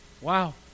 Wow